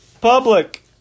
public